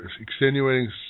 extenuating